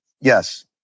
Yes